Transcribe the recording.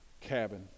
cabin